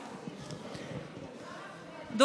חברים,